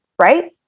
right